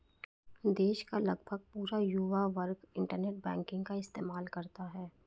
देश का लगभग पूरा युवा वर्ग इन्टरनेट बैंकिंग का इस्तेमाल करता है